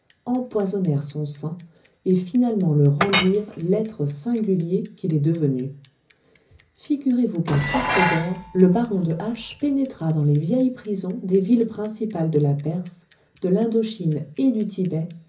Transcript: empoisonnèrent son sang et finalement le rendirent l'être singulier qu'il est devenu figurez-vous qu'à force d'or le baron de h pénétra dans les vieilles prisons des villes principales de la perse de lindo chine et du thibet